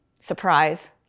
surprise